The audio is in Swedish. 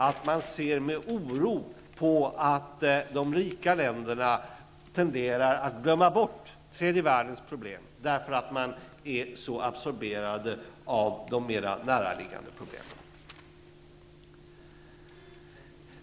De ser med oro på att de rika länderna tenderar att glömma bort tredje världens problem, därför att de rika länderna är så absorberade av de mer näraliggande problemen.